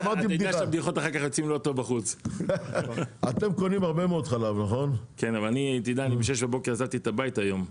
אני בשש בבוקר עזבתי את הבית היום,